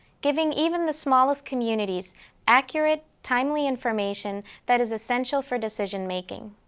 giving even the smallest communities accurate, timely information that is essential for decision-making.